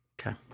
Okay